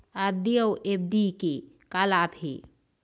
RD अऊ FD के का लाभ हे?